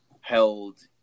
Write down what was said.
held